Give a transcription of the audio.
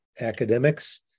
academics